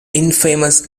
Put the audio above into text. infamous